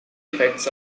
effects